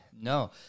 No